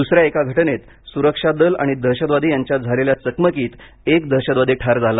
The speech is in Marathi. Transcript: दुसऱ्या एका घटनेत सुरक्षा दल आणि दहशतवादी यांच्यात झालेल्या चकमकीत एक दहशतवादी ठार झाला